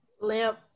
Limp